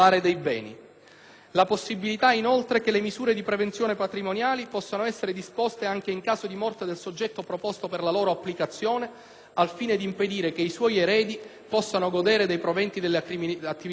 la possibilità che le misure di prevenzione patrimoniale siano essere disposte anche in caso di morte del soggetto proposto per la loro applicazione, al fine di impedire che i suoi eredi possano godere dei proventi delle attività criminali.